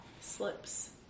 slips